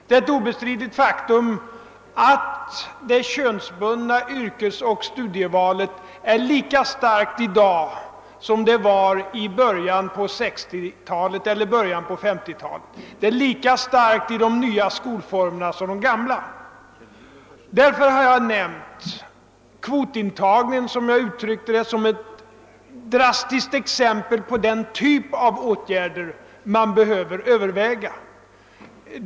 Det är ett obestridligt faktum att yrkesoch studievalet är lika starkt könsbundet i dag som det var i början av 1960 talet eller t.o.m. i början av 1950-talet. Det är lika starkt könsbundet i de nya skolformerna som i de gamla. Därför har jag nämnt kvotintagning som ett drastiskt exempel — som jag uttryckte det — på den typ av åtgärder som behöver övervägas.